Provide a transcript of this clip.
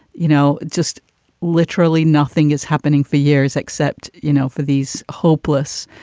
you know, just literally nothing is happening for years except, you know, for these hopeless,